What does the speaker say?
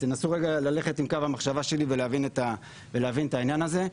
תנסו רגע ללכת עם קו המחשבה שלי ולהבין את העניין הזה.